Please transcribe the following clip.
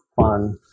fun